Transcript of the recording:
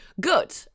Good